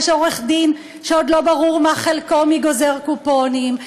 ויש עורך-דין שעוד לא ברור מה חלקו ומי גוזר קופונים,